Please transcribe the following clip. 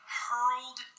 hurled